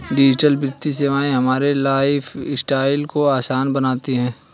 digital वित्तीय सेवाएं हमारे लाइफस्टाइल को आसान बनाती हैं